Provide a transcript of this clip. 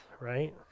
right